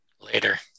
later